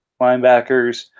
linebackers